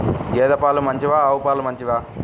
గేద పాలు మంచివా ఆవు పాలు మంచివా?